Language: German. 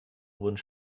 wurden